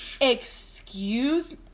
Excuse